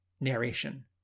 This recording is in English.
narration